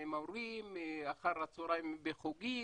עם המורים, אחר הצהריים הם בחוגים,